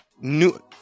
new